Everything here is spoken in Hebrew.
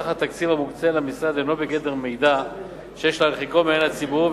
סך התקציב המוקצה למשרד אינו בגדר מידע שיש להרחיקו מעין הציבור,